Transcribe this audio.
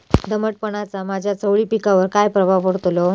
दमटपणाचा माझ्या चवळी पिकावर काय प्रभाव पडतलो?